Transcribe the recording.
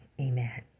Amen